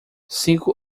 cinco